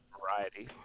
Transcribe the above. Variety